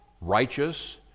righteous